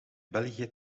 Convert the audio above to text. belgië